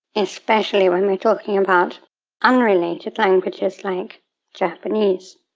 especially when we're talking about unrelated languages like japanese.